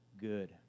good